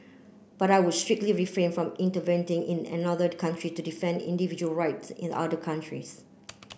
but I would strictly refrain from in another country to defend individual rights in the other countries